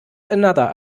another